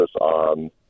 on